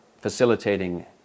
facilitating